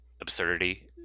Absurdity